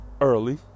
early